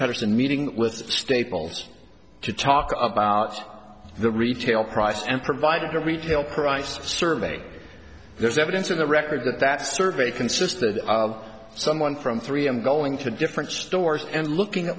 patterson meeting with staples to talk about the retail price and provide a retail price survey there's evidence in the record that that survey consisted of someone from three am going to different stores and looking